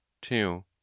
two